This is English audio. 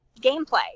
gameplay